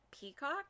Peacock